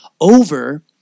over